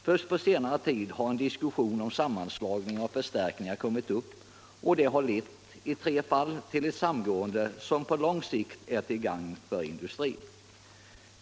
Först på senare tid har en diskussion om sammanslagningar och förstärkningar kommit upp och i tre fall lett till samgående som på lång sikt är till gagn för industrin.